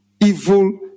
evil